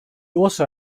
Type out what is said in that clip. also